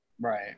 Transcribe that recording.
Right